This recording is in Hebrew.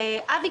אבי,